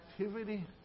activity